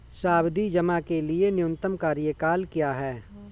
सावधि जमा के लिए न्यूनतम कार्यकाल क्या है?